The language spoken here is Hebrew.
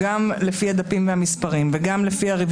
אני קוראת גם לך.